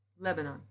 Lebanon